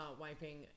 wiping